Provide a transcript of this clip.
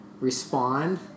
respond